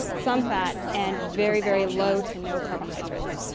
some fat, and very, very low to no carbohydrates.